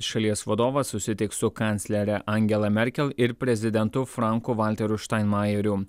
šalies vadovas susitiks su kanclere angela merkel ir prezidentu franku valteriu štainmajeriu